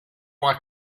want